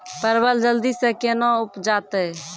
परवल जल्दी से के ना उपजाते?